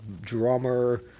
drummer